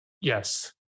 Yes